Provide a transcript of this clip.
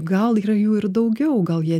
gal yra jų ir daugiau gal jie